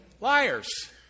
Liars